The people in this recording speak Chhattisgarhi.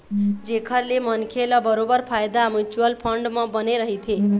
जेखर ले मनखे ल बरोबर फायदा म्युचुअल फंड म बने रहिथे